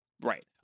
right